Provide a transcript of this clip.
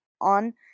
on